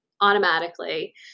automatically